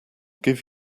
give